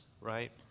right